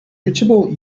reachable